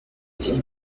six